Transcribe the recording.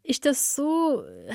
iš tiesų